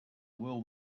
will